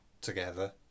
together